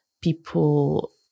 people